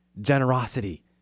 generosity